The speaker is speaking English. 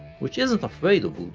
which isn't afraid of